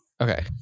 Okay